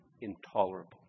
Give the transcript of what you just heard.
intolerable